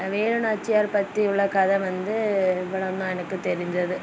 வேலு நாச்சியார் பற்றி உள்ள கதை வந்து இவ்வளோ தான் எனக்கு தெரிஞ்சது